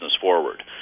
forward